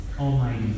Almighty